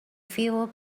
fewer